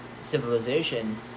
civilization